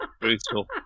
Brutal